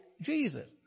Jesus